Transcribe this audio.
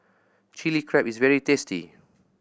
Chilli Crab is very tasty